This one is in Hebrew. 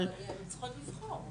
אבל --- הן צריכות לבחור.